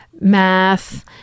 math